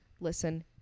Listen